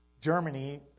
Germany